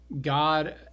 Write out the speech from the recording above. God